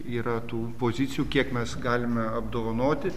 yra tų pozicijų kiek mes galime apdovanoti